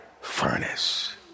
furnace